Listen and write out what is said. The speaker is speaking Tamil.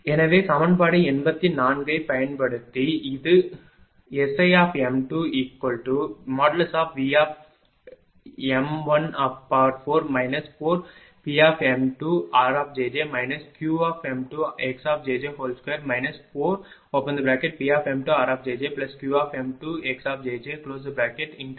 எனவே சமன்பாடு 84 ஐப் பயன்படுத்தி இது SIm2|V|4 4Pm2rjj Qm2xjj2 4Pm2rjjQm2xjj|V|2 க்கான எனது வெளிப்பாடு